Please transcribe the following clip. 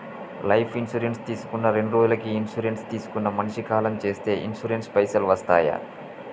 Life insurance తీసుకున్న రెండ్రోజులకి insurance తీసుకున్న మనిషి కాలం చేస్తే ఇన్సూరెన్స్ పైసల్ వస్తయా?